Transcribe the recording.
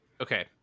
okay